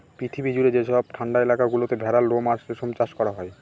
পৃথিবী জুড়ে যেসব ঠান্ডা এলাকা গুলোতে ভেড়ার লোম আর রেশম চাষ করা হয়